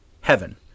heaven